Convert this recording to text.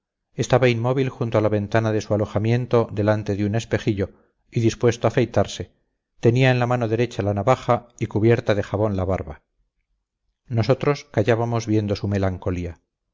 estaba inmóvil junto a la ventana de su alojamiento delante de un espejillo y dispuesto a afeitarse tenía en la mano derecha la navaja y cubierta de jabón la barba nosotros callábamos viendo su melancolía